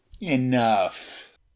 enough